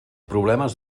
problemes